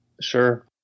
Sure